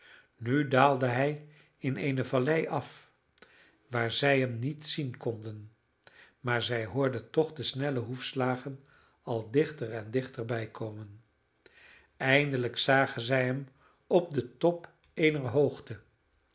nu daalde hij in eene vallei af waar zij hem niet zien konden maar zij hoorden toch de snelle hoefslagen al dichter en dichter bij komen eindelijk zagen zij hem op den top eener hoogte